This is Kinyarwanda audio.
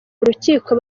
rukiko